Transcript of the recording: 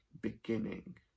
beginning